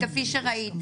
כמו שאמר